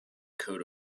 coat